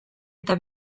eta